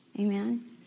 Amen